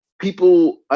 people